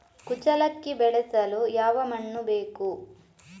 ಕುಚ್ಚಲಕ್ಕಿ ಬೆಳೆಸಲು ಯಾವ ಮಣ್ಣು ಬೇಕು?